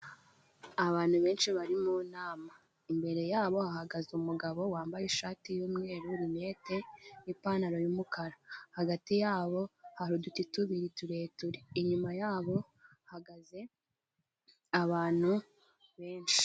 Abantu benshi bari mu nama imbere yabo hahagaze, umugabo wambaye ishati y'umweru rinete n'ipantaro y'umukara. Hagati yabo hari uduti tubiri tureture, inyuma yabo hagaze abantu benshi.